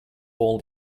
all